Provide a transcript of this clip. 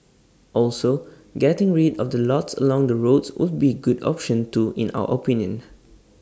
also getting rid of the lots along the roads would be good option too in our opinion